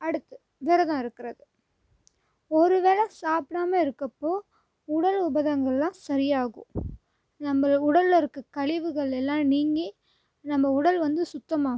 அடுத்து விரதம் இருக்கிறது ஒருவேளை சாப்பிடாம இருக்கிறப்போ உடல் உபாதங்கள் எல்லாம் சரியாகும் நம்ப உடலில் இருக்கற கழிவுகள் எல்லாமே நீங்கி நம்ம உடல் வந்து சுத்தமாகும்